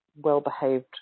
well-behaved